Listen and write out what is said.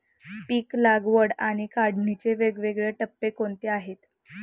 पीक लागवड आणि काढणीचे वेगवेगळे टप्पे कोणते आहेत?